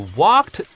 walked